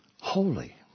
holy